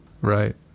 Right